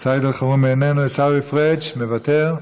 סעיד אלחרומי, איננו, עיסאווי פריג' מוותר.